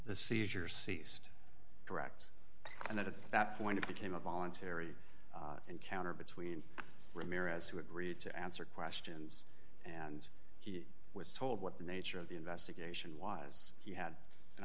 the seizure ceased correct and at that point it became a voluntary encounter between ramirez who agreed to answer questions and he was told what the nature of the investigation was he had an